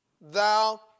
thou